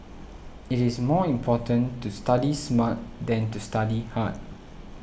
it is more important to study smart than to study hard